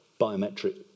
biometric